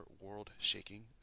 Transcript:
world-shaking